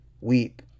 weep